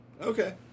Okay